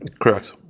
Correct